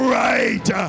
right